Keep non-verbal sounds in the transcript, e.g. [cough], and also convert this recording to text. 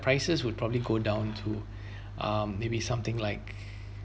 prices would probably go down to [breath] um maybe something like